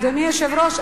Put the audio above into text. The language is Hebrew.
אדוני היושב-ראש,